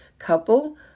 couple